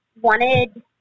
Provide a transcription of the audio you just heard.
wanted